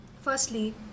firstly